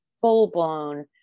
full-blown